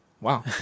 wow